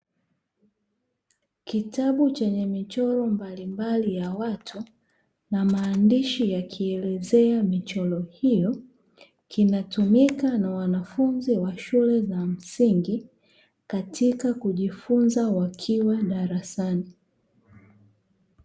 Kitabu chenye michoro mbalimbali ya watu na maandishi yakielezea michoro hiyo kinatumika na wanafunzi wa shule za msingi katika kujifunza wakiwa darasani.